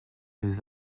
les